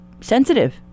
sensitive